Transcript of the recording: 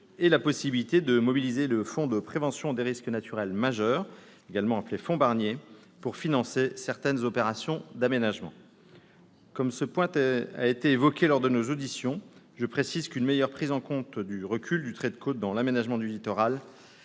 et la possibilité de mobiliser le Fonds de prévention des risques naturels majeurs, également appelé « fonds Barnier », pour financer certaines opérations d'aménagement. Comme ce point a été évoqué lors de nos auditions, je précise qu'une meilleure prise en compte du recul du trait de côte dans l'aménagement du littoral